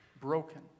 broken